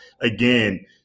again